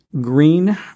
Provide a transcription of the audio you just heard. green